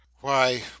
Why